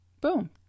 Boom